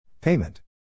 Payment